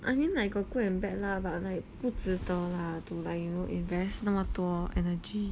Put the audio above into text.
I mean like got good and bad lah but like 不值得啦 to like you know invest 那么多 energy